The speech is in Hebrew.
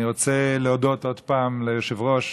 אני רוצה להודות עוד פעם ליושב-ראש,